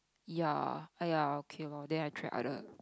ya !aiya! okay lor then I track other